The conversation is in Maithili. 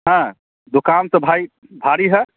नहि दुकान तऽ भाइ भारी हइ